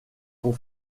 sont